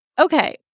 Okay